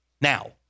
Now